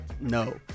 No